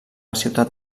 ciutat